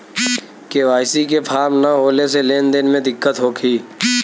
KYC के form न होले से लेन देन में दिक्कत होखी?